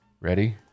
Ready